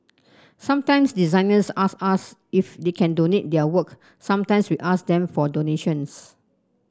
sometimes designers ask us if they can donate their work sometimes we ask them for donations